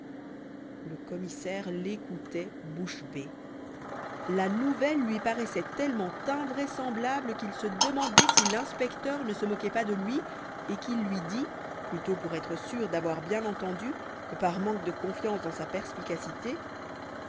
le commissaire l'écoutait bouche bée la nouvelle lui paraissait tellement invraisemblable qu'il se demandait si l'inspecteur ne se moquait pas de lui et qu'il lui dit plutôt pour être sûr d'avoir bien entendu que par manque de confiance dans sa perspicacité